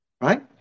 Right